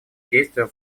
действием